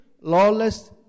lawless